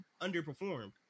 underperformed